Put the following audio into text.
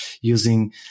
using